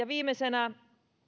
viimeisenä